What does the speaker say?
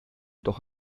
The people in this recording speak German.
doch